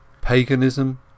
paganism